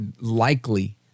likely –